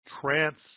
trans